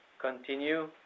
continue